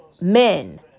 men